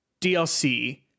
DLC